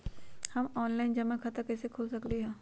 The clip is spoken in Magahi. हम ऑनलाइन जमा खाता कईसे खोल सकली ह?